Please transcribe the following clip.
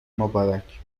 مبارک